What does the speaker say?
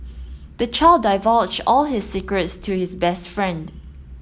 the child divulged all his secrets to his best friend